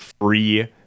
free